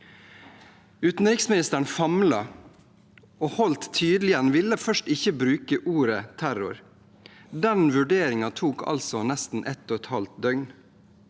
Utenriksministeren famlet og holdt tydelig igjen og ville først ikke bruke ordet terror. Den vurderingen tok altså nesten ett og et halvt døgn.